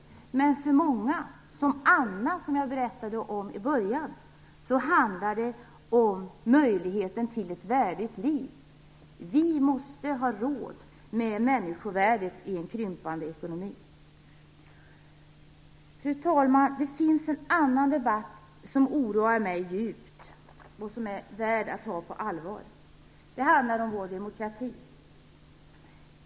Men för många, t.ex. Anna som jag berättade om i början, handlar det om möjligheten till ett värdigt liv. Vi måste ha råd med människovärdet i en krympande ekonomi. Fru talman! Det finns en annan debatt som oroar mig djupt, och som är värd att ta på allvar. Den handlar om vår demokrati.